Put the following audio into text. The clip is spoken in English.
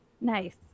nice